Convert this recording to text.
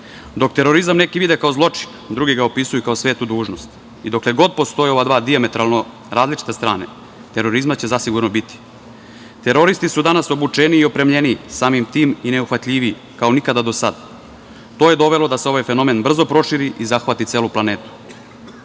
terorizam neki vide kao zločin, drugi ga opisuju kao svetu dužnost. I dokle god postoje ove dve dijametralno različite strane terorizma će zasigurno biti. Teroristi su danas obučeni i opremljeniji, samim tim i neuhvatljiviji, kao nikada do sada. To je dovelo da se ovaj fenomen brzo proširi i zahvati celu